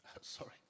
Sorry